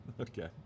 Okay